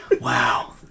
Wow